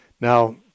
Now